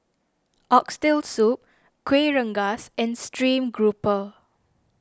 Oxtail Soup Kuih Rengas and Stream Grouper